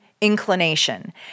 inclination